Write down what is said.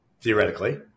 theoretically